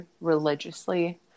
religiously